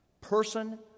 person